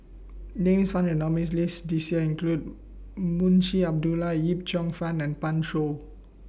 Names found in nominees' list This Year include Munshi Abdullah Yip Cheong Fun and Pan Shou